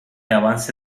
avance